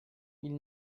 ils